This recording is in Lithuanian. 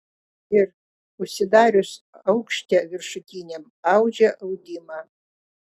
ir užsidarius aukšte viršutiniam audžia audimą